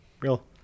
Real